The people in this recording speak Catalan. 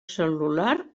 cel·lular